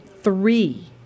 three